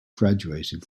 graduated